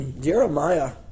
Jeremiah